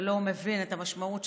שלא מבין את המשמעות,